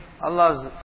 Allah's